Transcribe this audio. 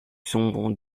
sombres